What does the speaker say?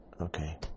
Okay